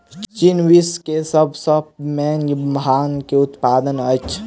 चीन विश्व के सब सॅ पैघ भांग के उत्पादक अछि